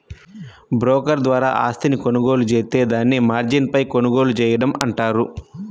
broker ద్వారా ఆస్తిని కొనుగోలు జేత్తే దాన్ని మార్జిన్పై కొనుగోలు చేయడం అంటారు